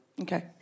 Okay